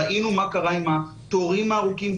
ראינו מה קרה עם התורים הארוכים.